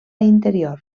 interior